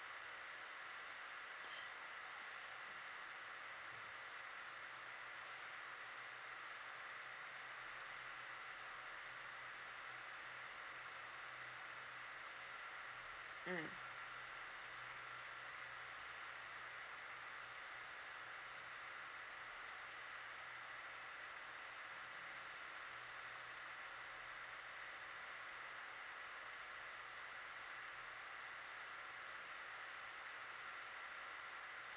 mm